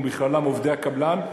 ובכללם עובדי הקבלן,